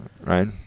Right